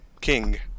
King